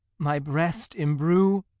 my breast imbrue.